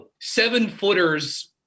seven-footers